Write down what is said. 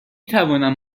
توانم